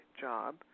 job